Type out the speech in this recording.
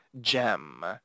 gem